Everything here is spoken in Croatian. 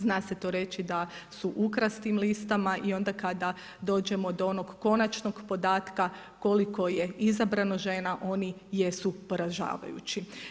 Zna se to reći da su ukras tim listama i onda kada dođemo do onog konačnog podatka koliko je izabrano žena oni jesu poražavajući.